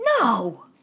No